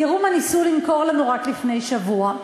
תראו מה ניסו למכור לנו רק לפני שבוע,